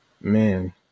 man